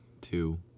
two